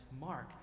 Mark